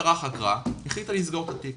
המשטרה חקרה והחליטה לסגור את התיק.